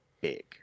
big